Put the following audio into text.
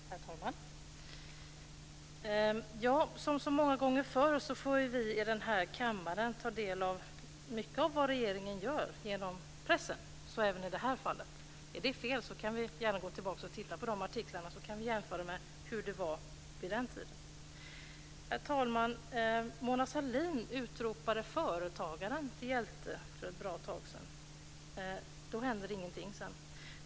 Herr talman! Som så många gånger förr får vi i den här kammaren genom pressen ta del av mycket av vad regeringen gör. Så är det även i det här fallet. Om det är fel kan vi gå tillbaka och titta på artiklarna och jämföra med hur det var vid den tiden. Herr talman! Mona Sahlin utropade för ett bra tag sedan företagaren till hjälte. Sedan hände ingenting.